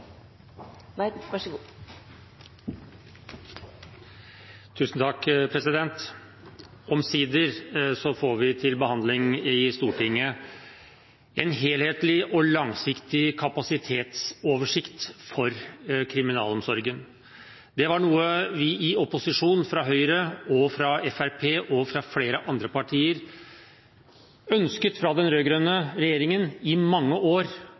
Omsider får vi til behandling i Stortinget en helhetlig og langsiktig kapasitetsoversikt for kriminalomsorgen. Det var noe vi i opposisjon – fra Høyres, Fremskrittspartiets og flere andre partiers side – ønsket fra den rød-grønne regjeringen i mange år.